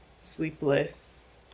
sleepless